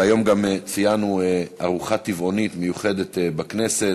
והיום גם ציינו ארוחה טבעונית מיוחדת בכנסת,